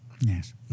Yes